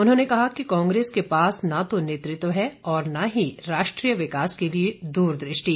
उन्होंने कहा कि कांग्रेस के पास न तो नेतृत्व है और न ही राष्ट्रीय विकास के लिए दूरदृष्टि